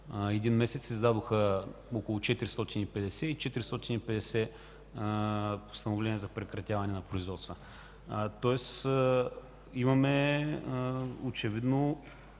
един месец, се издадоха около 450 и 450 постановления за прекратяване на производство. Следователно очевидно